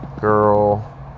girl